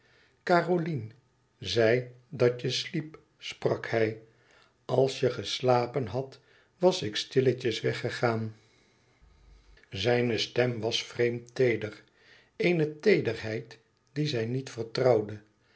caroline zei dat je sliep sprak hij als je geslapen hadt was ik stilletjes weggegaan zijne stem was vreemd teeder eene teederheid die zij niet vertrouwde